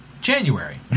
January